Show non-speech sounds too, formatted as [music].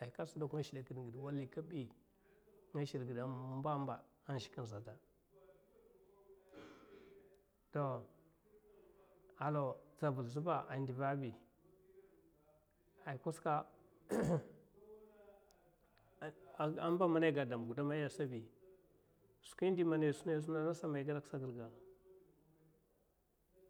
ay kata se ngashida kine giɓe kumba, [noise] hala tsavul sa ba. amab mana ay gada dama skwi gudam bi skwi man asam ga.